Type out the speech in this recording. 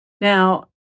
Now